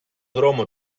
δρόμο